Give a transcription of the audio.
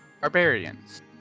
barbarians